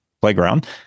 playground